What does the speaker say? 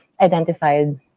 identified